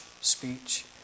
speech